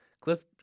Cliff